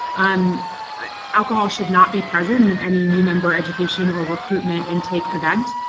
um alcohol should not be present in any new member education or recruitment intake event.